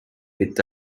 est